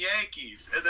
Yankees